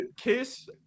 Kiss